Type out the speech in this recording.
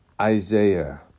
Isaiah